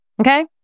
Okay